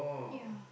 ya